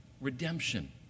redemption